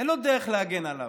אין לו דרך להגן על עצמו,